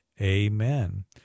amen